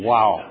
Wow